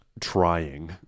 trying